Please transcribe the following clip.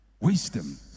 Wisdom